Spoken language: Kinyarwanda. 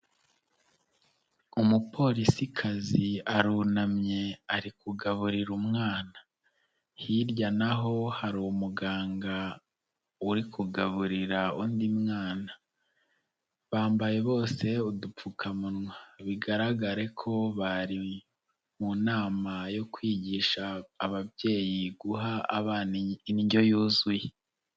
Umupolisikazi arunamye ari kugaburira umwana, hirya naho hari umuganga uri kugaburira undi mwana. Bambaye bose udupfukamunwa bigaragare ko bari mu nama yo kwigisha ababyeyi guha abana indyo yuzuye.